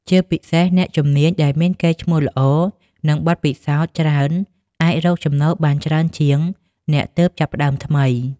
ជាពិសេសអ្នកជំនាញដែលមានកេរ្តិ៍ឈ្មោះល្អ និងបទពិសោធន៍ច្រើនអាចរកចំណូលបានច្រើនជាងអ្នកទើបចាប់ផ្តើមថ្មី។